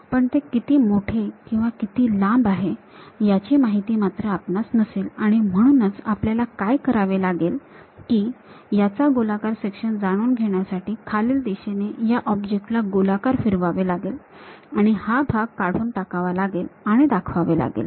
पण ते किती मोठे किंवा लांब आहे याची माहिती मात्र आपणास नसेल आणि म्हणूनच आपल्याला काय करावे लागेल की याचा गोलाकार सेक्शन जाणून घेण्यासाठी खालील दिशेने या ऑब्जेक्ट ला गोलाकार फिरवावे लागेल आणि हा भाग काढून टाकावा लागेल आणि दाखवावे लागेल